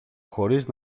χωρίς